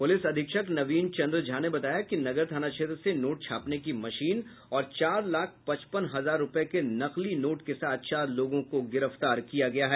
police अधीक्षक नवीन चन्द्र झा ने बताया कि नगर थाना क्षेत्र से नोट छापने की मशीन और चार लाख पचपन हजार रूपये के नकली नोट के साथ चार लोगों को गिरफ्तार किया गया है